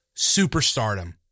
superstardom